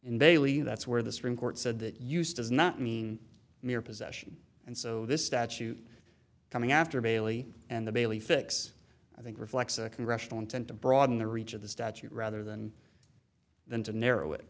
bailey that's where the supreme court said that use does not mean mere possession and so this statute coming after bailey and the bailey fix i think reflects a congressional intent to broaden the reach of the statute rather than than to narrow it